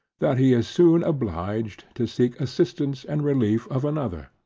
that he is soon obliged to seek assistance and relief of another,